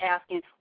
asking